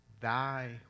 thy